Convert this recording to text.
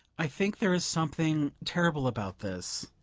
i think there is something terrible about this.